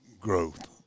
growth